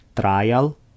trial